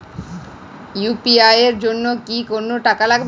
UPI এর জন্য কি কোনো টাকা লাগে?